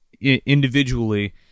individually